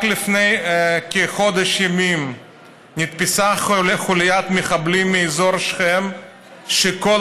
רק לפני כחודש ימים נתפסה חוליית מחבלים מאזור שכם שכל